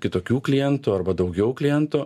kitokių klientų arba daugiau klientų